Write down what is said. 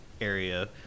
area